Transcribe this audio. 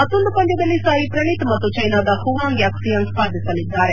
ಮತ್ತೊಂದು ಪಂದ್ಯದಲ್ಲಿ ಸಾಯಿ ಶ್ರಣೀತ್ ಮತ್ತು ಚೈನಾದ ಹುವಾಂಗ್ ಯುಕ್ಲಿಯಾಂಗ್ ಸ್ಪರ್ಧಿಸಲಿದ್ದಾರೆ